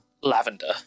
Lavender